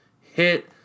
Hit